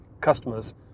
customers